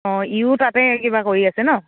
অঁ সিও তাতে কিবা কৰি আছে ন